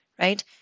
right